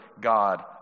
God